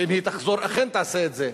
ואם היא תחזור, היא אכן תעשה את זה,